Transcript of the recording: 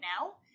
now